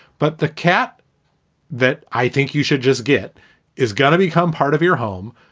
but the cat that i think you should just get is gonna become part of your home.